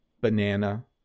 banana